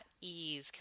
ease